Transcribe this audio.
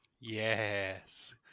Yes